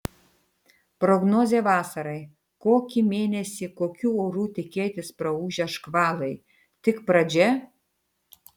prognozė vasarai kokį mėnesį kokių orų tikėtis praūžę škvalai tik pradžia